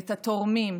את התורמים.